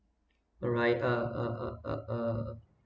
alright uh